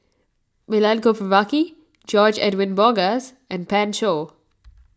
Milenko Prvacki George Edwin Bogaars and Pan Shou